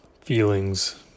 feelings